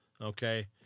okay